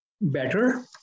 better